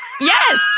yes